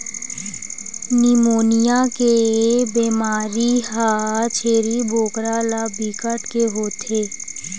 pneumonia के बेमारी ह छेरी बोकरा ल बिकट के होथे